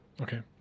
Okay